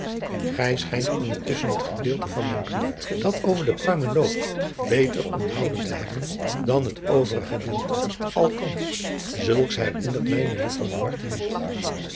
gij schijnt ondertusschen het gedeelte van mijn brief dat over de pruimen loopt beter onthouden te hebben dan het overig gedeelte althans zulks herinnert gij mejuffrouw duarte niet